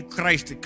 Christ